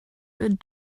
good